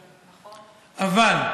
אבל,